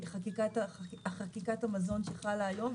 חקיקת המזון שחלה היום,